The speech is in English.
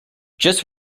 just